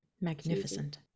Magnificent